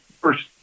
first